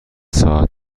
ساعت